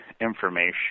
information